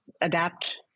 adapt